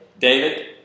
David